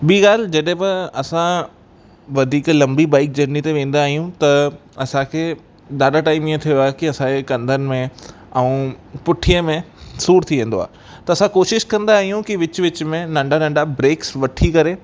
ॿी ॻाल्हि जॾहिं बि असां वधीक लंबी बाइक जर्नी ते वेंदा आहियूं त असांखे ॾाढा टाइम इहा थियो आहे की असांजे कंधनि में पुठीअ में सूर थी वेंदो आहे त असां कोशिश कंदा आहियूं की विच विच में नंढा नंढा ब्रेक्स वठी करे